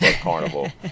carnival